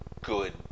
good